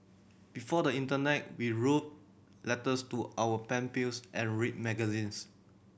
before the internet we wrote letters to our pen pales and read magazines